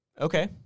Okay